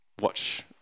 watch